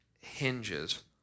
hinges